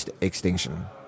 extinction